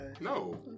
No